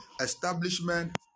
establishment